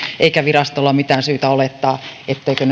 eikä virastolla ole mitään syytä olettaa etteivätkö